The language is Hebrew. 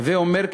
הווי אומר,